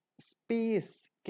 space